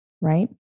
right